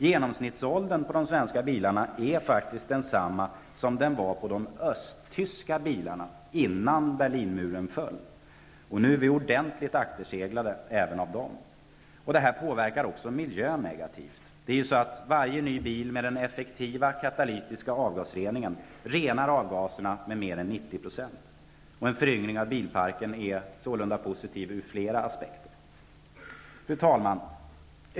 Genomsnittsåldern på de svenska bilarna är faktiskt densamma som den var på de östtyska bilarna -- innan Berlinmuren föll. Nu är vi i Sverige ordentligt akterseglade även av dem. Detta påverkar också miljön negativt. Varje ny bil med den effektiva katalytiska avgasreningen renar ju avgaserna till mer än 90 %. En föryngring av bilparken är sålunda positiv ur flera aspekter. Fru talman!